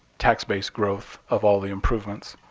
tax base growth of all the improvements.